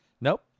Nope